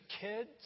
kids